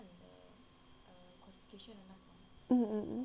um